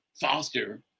Foster